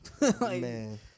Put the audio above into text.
Man